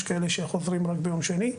יש כאלה שחוזרים רק ביום שני.